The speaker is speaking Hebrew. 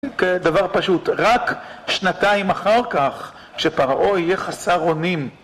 כדבר פשוט, רק שנתיים אחר כשפרעה יהיה חסר אונים